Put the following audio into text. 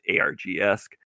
ARG-esque